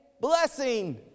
blessing